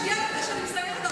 שנייה לפני שאני מסיימת,